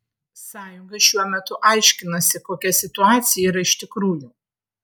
sąjunga šiuo metu aiškinasi kokia situacija yra iš tikrųjų